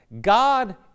God